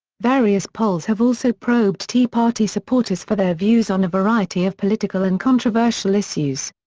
various polls have also probed tea party supporters for their views on a variety of political and controversial issues.